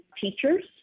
teachers